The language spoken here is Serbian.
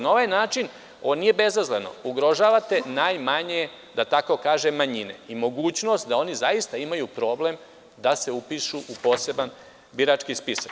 Na ovaj način, ovo nije bezazleno, ugrožavate najmanje, da tako kažem, manjine i mogućnost da oni zaista imaju problem da se upišu u poseban birački spisak.